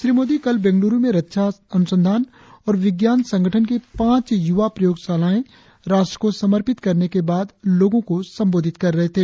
श्री मोदी कल बंगलरु में रक्षा अनुसंधान और विकास संगठन की पांच युवा प्रयोगशालाएं राष्ट्र को समर्पित करने के बाद लोगों को संबोधित कर रहे थे